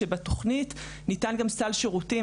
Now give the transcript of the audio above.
שבתוכנית ניתן גם סל שירותים,